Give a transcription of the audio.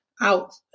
out